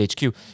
HQ